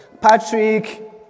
Patrick